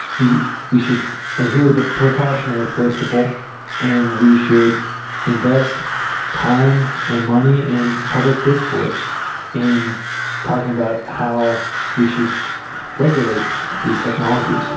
we we should adhere to the precautionary principle and we should invest time and money and public discourse in talking about how we should regulate this technology is